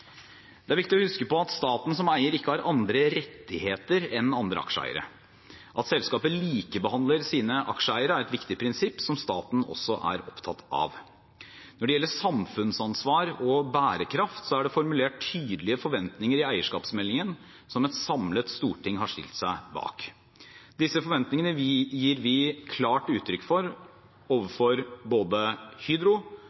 Det er viktig å huske på at staten som eier ikke har andre rettigheter enn andre aksjeeiere. At selskaper likebehandler sine aksjeeiere er et viktig prinsipp, som også staten er opptatt av. Når det gjelder samfunnsansvar og bærekraft, er det formulert tydelige forventninger i eierskapsmeldingen som et samlet storting har stilt seg bak. Disse forventningene gir vi klart uttrykk for